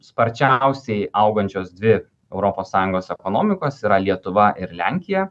sparčiausiai augančios dvi europos sąjungos ekonomikos yra lietuva ir lenkija